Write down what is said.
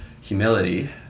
humility